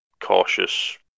cautious